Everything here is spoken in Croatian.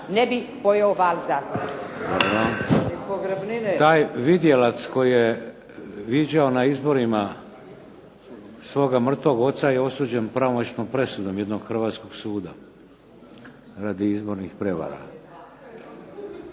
Dobro, dobro. Taj vidjelac koji je viđao na izborima svoga mrtvog oca je osuđen pravomoćnom presudom jednog Hrvatskog suda radi izbornih prevara.